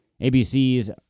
ABC's